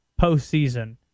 postseason